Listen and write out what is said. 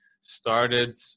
started